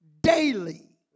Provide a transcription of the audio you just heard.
daily